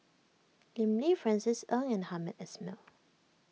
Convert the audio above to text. Lim Lee Francis Ng and Hamed Ismail